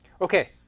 Okay